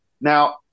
Now